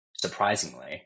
surprisingly